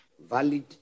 valid